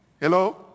Hello